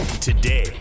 Today